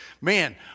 man